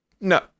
No